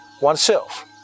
oneself